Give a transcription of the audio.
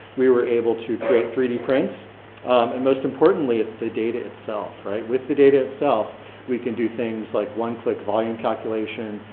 we were able to create three d prints and most importantly it's the data itself, right? with the data itself we can do things like one click volume calculation,